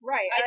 Right